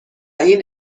این